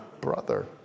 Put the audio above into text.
brother